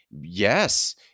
Yes